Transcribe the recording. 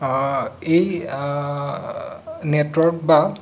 এই নেটৱৰ্ক বা